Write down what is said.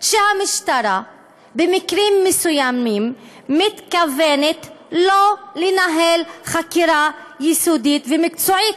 שהמשטרה במקרים מסוימים מתכוונת לא לנהל חקירה יסודית ומקצועית.